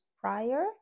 prior